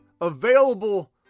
available